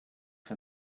for